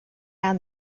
down